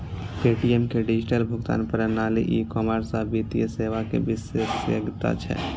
Paytm के digital भुगतान प्रणाली, ई कॉमर्स आ वित्तीय सेवा मे विशेषज्ञता छै